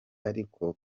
ariko